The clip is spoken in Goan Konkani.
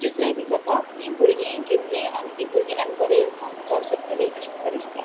जितलें बी जाता तीं भुरगीं घेतलीं आनी तीं भुरगीं एन्करेज जावून मुखार सरतलीं अशें म्हाका दिसता